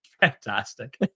Fantastic